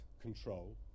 control